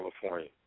California